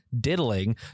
diddling